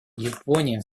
япония